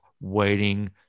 waiting